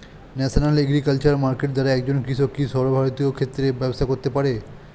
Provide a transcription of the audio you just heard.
National agriculture market দ্বারা একজন কৃষক কি সর্বভারতীয় ক্ষেত্রে ব্যবসা করতে পারে?